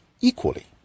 equally